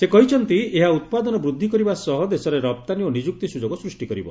ସେ କହିଛନ୍ତି ଏହା ଉତ୍ପାଦନ ବୃଦ୍ଧି କରିବା ସହ ଦେଶରେ ରପ୍ତାନୀ ଓ ନିଯୁକ୍ତି ସୁଯୋଗ ସ୍ନୁଷ୍ଟି କରିବ